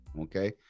Okay